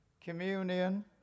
communion